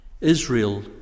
Israel